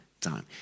time